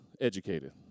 educated